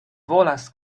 volas